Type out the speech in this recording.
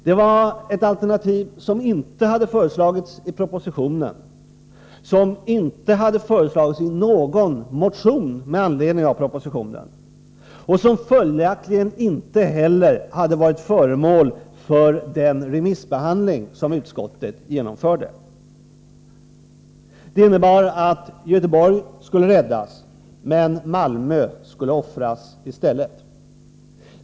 Det var ett alternativ som inte hade föreslagits i propoationen, som inte hade föreslagits i någon motion med anledning av propositionen och som följaktligen inte heller hade varit föremål för den remissbehandling som utskottet genomförde. Det innebar att högskolan i Göteborg skulle räddas, men att högskolan i Malmö skulle offras i stället.